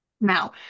Now